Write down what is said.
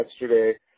yesterday